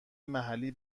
محلی